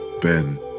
Ben